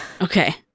Okay